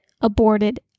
aborted